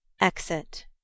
Exit